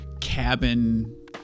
cabin